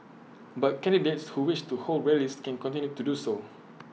but candidates who wish to hold rallies can continue to do so